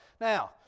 Now